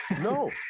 No